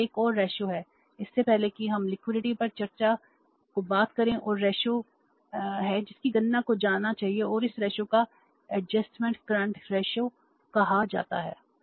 अब 1 और रेशों कहा जाता है